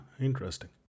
interesting